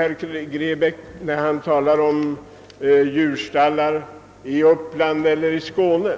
Herr Grebäck talar om djurstallar i Uppland eller i Skåne,